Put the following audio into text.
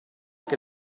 che